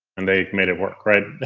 and they've made it work, right?